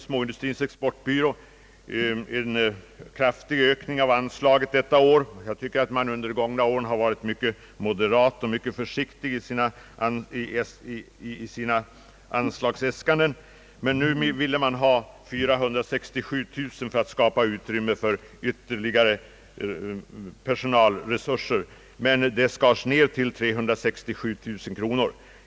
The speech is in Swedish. Småindustrins Exportbyrå begärde en kraftig ökning av anslaget detta år. Jag tycker att exportbyrån under de gångna åren har varit mycket försiktig i sina anslagsäskanden. Nu ville man emellertid ha 467 000 kronor för att skapa utrymme för ytterligare personalresurser, men anslaget har i statsverkspropositionen skurits ned till 367 000 kronor.